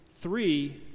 three